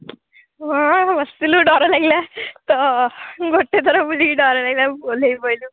ହଁ ହଁ ବସିଥିଲୁ ଡର ଲାଗିଲା ତ ଗୋଟେ ଥର ବୁଲିକି ଡର ଲାଗିଲା ଓହ୍ଲେଇ ପଇଲୁ